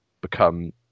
become